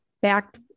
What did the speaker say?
back